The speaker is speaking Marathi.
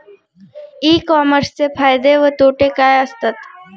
ई कॉमर्सचे फायदे व तोटे काय असतात?